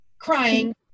crying